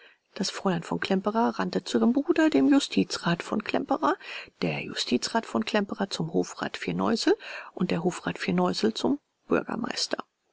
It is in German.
das fräulein von klemperer rannte zu ihrem bruder dem justizrat von klemperer der justizrat von klemperer zum hofrat firneusel und der hofrat firneusel zum bürgermeister